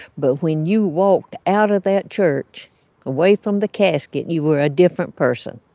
but when you walked out of that church away from the casket, you were a different person.